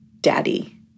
daddy